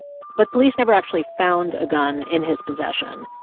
but police never actually found a gun in his possession.